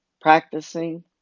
practicing